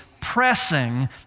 Pressing